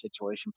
situation